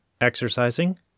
exercising